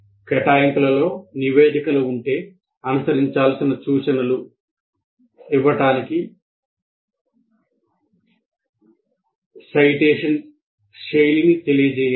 కేటాయింపులలో నివేదికలు ఉంటే అనుసరించాల్సిన సూచనలు ఇవ్వడానికి సైటేషన్ శైలిని తెలియజేయాలి